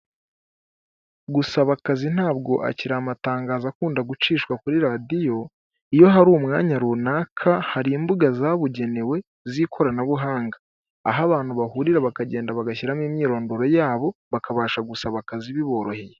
Gusaba akazi ntabwo akiri amatangazo akunda gucishwa kuri radiyo iyo hari umwanya runaka hari imbuga zabugenewe z'ikoranabuhanga, aho abantu bahurira bakagenda bagashyiramo imyirondoro yabo bakabasha gusaba akazi biboroheye.